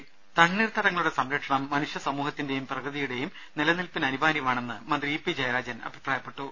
രുദ തണ്ണീർത്തടങ്ങളുടെ സംരക്ഷണം മനുഷ്യ സമൂഹത്തിന്റെയും പ്രകൃതിയുടെയും നിലനിൽപ്പിന് അനിവാര്യമാണെന്ന് മന്ത്രി ഇ പി ജയരാജൻ അഭിപ്രായപ്പെട്ടു